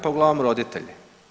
Pa uglavnom roditelji.